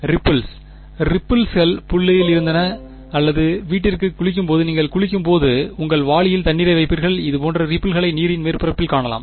ripples ரிப்பிள்ஸ்கள் புள்ளியில் இருந்தன அல்லது வீட்டிற்கு குளிக்கும்போது நீங்கள் குளிக்கும்போது உங்கள் வாளியில் தண்ணீரை வைப்பீர்கள் இது போன்ற ரிப்பிள்ஸ்களை நீரின் மேற்பரப்பில் காணலாம்